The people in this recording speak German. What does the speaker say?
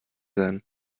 sein